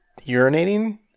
urinating